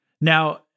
Now